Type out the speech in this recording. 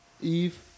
Eve